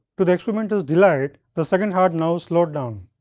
to the experiment is delight the second heart now slowed down,